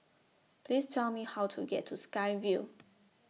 Please Tell Me How to get to Sky Vue